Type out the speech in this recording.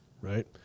right